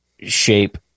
shape